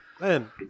Man